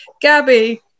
Gabby